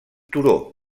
turó